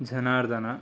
जनार्धनः